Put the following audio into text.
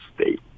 state